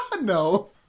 No